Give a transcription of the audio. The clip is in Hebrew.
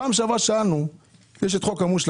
פעם שעברה שאלנו, יש את חוק המושלך,